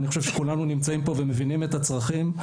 אני חושב שכולנו נמצאים פה ומבינים את הצרכים,